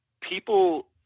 People